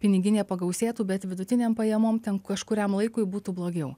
piniginė pagausėtų bet vidutinėm pajamom ten kažkuriam laikui būtų blogiau